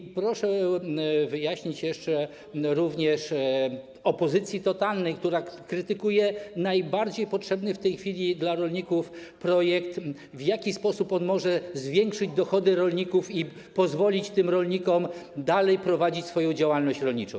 I proszę wyjaśnić jeszcze opozycji totalnej, która krytykuje najbardziej potrzebny w tej chwili rolnikom projekt, w jaki sposób on może pomóc zwiększyć dochody rolników i pozwolić rolnikom dalej prowadzić swoją działalność rolniczą.